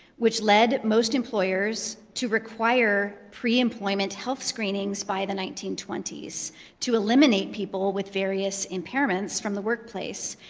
which led most employers to require pre-employment health screenings by the nineteen twenty s to eliminate people with various impairments from the workplace,